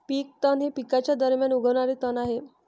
पीक तण हे पिकांच्या दरम्यान उगवणारे तण आहे